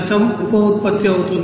1 ఉప ఉత్పత్తి అవుతుంది